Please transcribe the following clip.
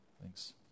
thanks